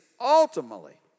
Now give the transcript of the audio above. ultimately